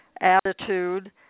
attitude